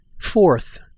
Fourth